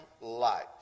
light